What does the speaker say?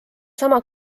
sama